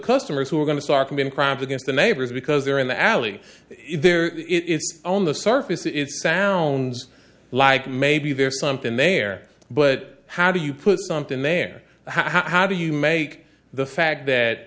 customers who are going to start committing crimes against the neighbors because they're in the alley there it's own the surface it sounds like maybe there's something there but how do you put something there how do you make the fact